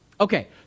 Okay